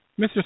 Mr